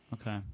Okay